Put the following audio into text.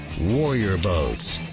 warrior boats.